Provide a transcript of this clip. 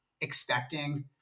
expecting